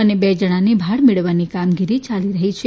અને બે જણાંની ભાળ મેળવવાની કામગીરી યાલી રહી છે